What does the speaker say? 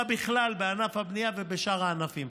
בכלל, בענף הבנייה ובשאר הענפים.